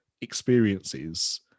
experiences